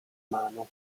mano